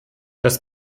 das